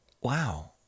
wow